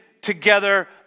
together